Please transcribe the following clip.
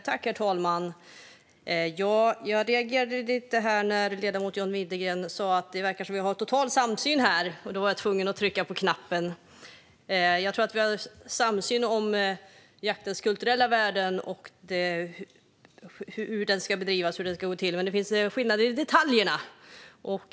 Herr talman! Jag reagerade lite när ledamoten John Widegren sa att det verkar som att vi har total samsyn här. Då var jag tvungen att trycka på knappen och begära replik. Jag tror att det finns en samsyn om jaktens kulturella värden och hur den ska bedrivas. Men det finns skillnader när det gäller detaljerna.